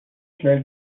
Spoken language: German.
schnell